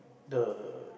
the